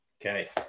Okay